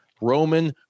Roman